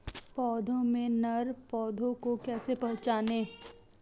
पौधों में नर पौधे को कैसे पहचानें?